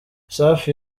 safi